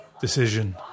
decision